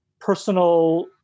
personal